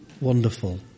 wonderful